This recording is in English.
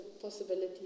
possibility